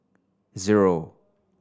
zero